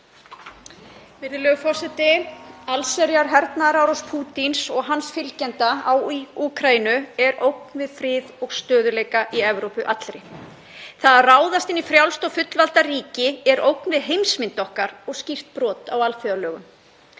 Virðulegur forseti. Allsherjarhernaðarárás Pútíns og hans fylgjenda í Úkraínu er ógn við frið og stöðugleika í Evrópu allri. Að ráðast inn í frjálst og fullvalda ríki er ógn við heimsmynd okkar og skýrt brot á alþjóðalögum.